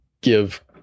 give